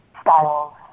styles